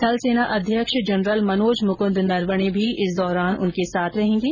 थल सेनाध्यक्ष जनरल मनोज मुकृद नरवणे भी इस दौरान उनके साथ रहेंगे